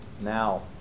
now